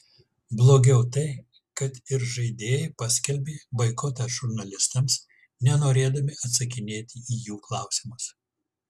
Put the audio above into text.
blogiau tai kad ir žaidėjai paskelbė boikotą žurnalistams nenorėdami atsakinėti į jų klausimus